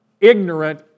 ignorant